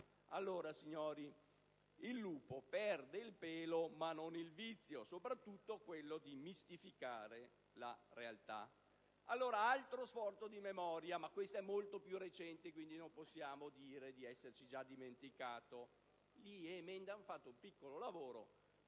Allora, signori, il lupo perde il pelo, ma non il vizio: soprattutto quello di mistificare la realtà. Vi chiedo un ulteriore sforzo di memoria, ma questo è molto più recente, e quindi non possiamo dire di esserci già dimenticati. Ho qui un piccolo studio